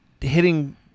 hitting